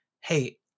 hey